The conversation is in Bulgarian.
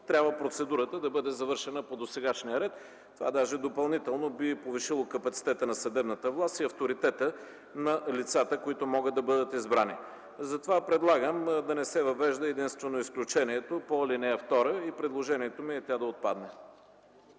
трябва процедурата да бъде завършена по досегашния ред. Това даже допълнително би повишило капацитета на съдебната власт и авторитета на лицата, които могат да бъдат избрани. Предлагам да не се въвежда единствено изключението по ал. 2 и предложението ми е тя да отпадне.